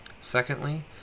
Secondly